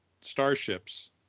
starships